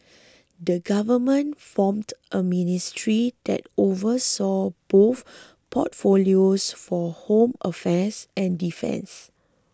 the government formed a ministry that oversaw both portfolios for home affairs and defence